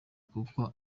kuko